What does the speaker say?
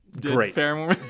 great